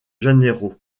janeiro